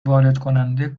واردکننده